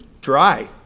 dry